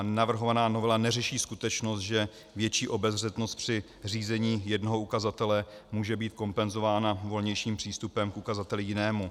Navrhovaná novela neřeší skutečnost, že větší obezřetnost při řízení jednoho ukazatele může být kompenzována volnějším přístupem k ukazateli jinému.